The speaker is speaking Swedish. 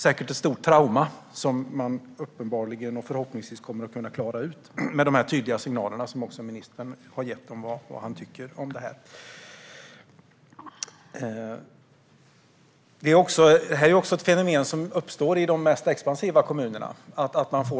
Detta kommer man förhoppningsvis att klara ut med de tydliga signaler som också ministern har gett om vad han tycker om detta. Att man får denna typ av motstående intressen är också ett fenomen som uppstår i de mest expansiva kommunerna.